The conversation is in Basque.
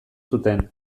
zuten